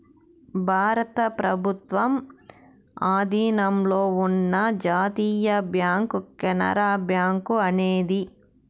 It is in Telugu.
భారత ప్రభుత్వం ఆధీనంలో ఉన్న జాతీయ బ్యాంక్ కెనరా బ్యాంకు అనేది